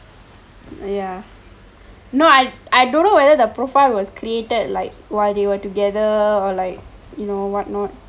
ya no I I don't know whether the profile was created like while they were together or like you know what not